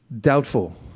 doubtful